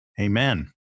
amen